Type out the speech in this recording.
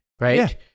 right